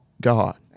God